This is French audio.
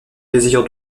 désir